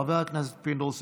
חבר הכנסת פינדרוס,